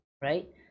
Right